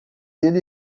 ele